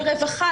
ברווחה,